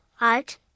art